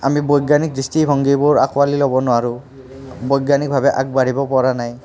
আমি বৈজ্ঞানিক দৃষ্টিভংগীবোৰ আঁকোৱালি ল'ব নোৱাৰোঁ বৈজ্ঞানিকভাৱে আগবাঢ়িব পৰা নাই